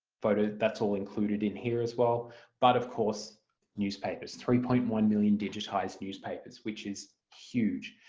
but ah that's all included in here as well but of course newspapers, three point one million digitised newspapers which is huge.